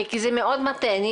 כי זה מאוד מטעה.